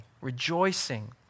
rejoicing